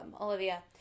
Olivia